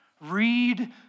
read